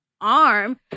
arm